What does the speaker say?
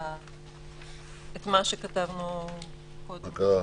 שכתבתנו קודם.